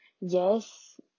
yes